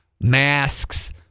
masks